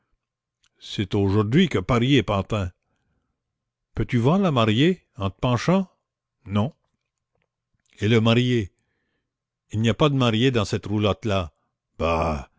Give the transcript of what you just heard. c'est aujourd'hui que paris est pantin peux-tu voir la mariée en te penchant non et le marié il n'y a pas de marié dans cette roulotte là bah